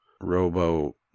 robo